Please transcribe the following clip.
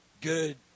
Good